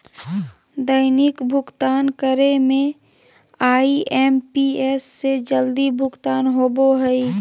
दैनिक भुक्तान करे में आई.एम.पी.एस से जल्दी भुगतान होबो हइ